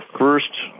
first